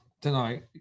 tonight